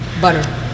butter